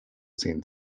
sehen